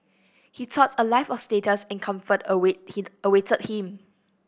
he thought a life of status and comfort awaited him